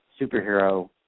superhero